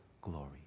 glory